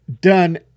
done